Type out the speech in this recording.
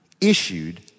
issued